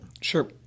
sure